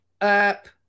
up